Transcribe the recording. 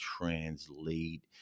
translate